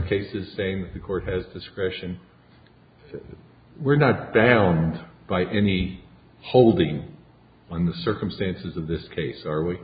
cases say the court has discretion we're not down by any holding when the circumstances of this case are we